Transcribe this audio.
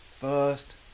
first